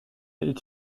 est